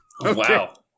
Wow